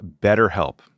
BetterHelp